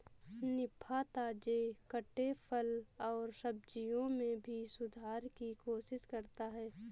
निफा, ताजे कटे फल और सब्जियों में भी सुधार की कोशिश करता है